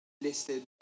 listed